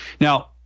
Now